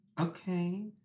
okay